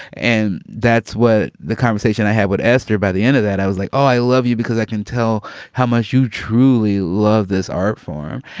and that's what the conversation i had with esther by the end of that i was like oh i love you because i can tell how much you truly love this art form.